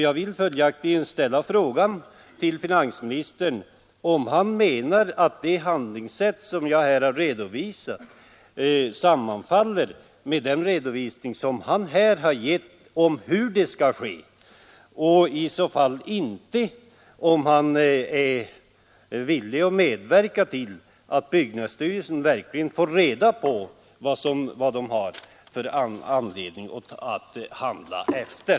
Jag vill följaktligen ställa frågan till finansministern om han menar att det handlingssätt som jag här har återgett överensstämmer med den redovisning som han nu har gett om hur det skall ske, och om så inte är fallet, om han är villig att medverka till att byggnadsstyrelsen verkligen får reda på vad den har anledning att handla efter.